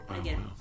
again